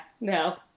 no